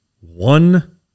one